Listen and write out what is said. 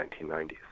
1990s